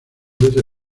desde